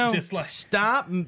Stop